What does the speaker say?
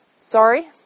Sorry